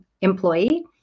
employee